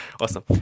awesome